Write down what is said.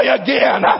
again